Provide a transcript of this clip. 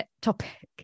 topic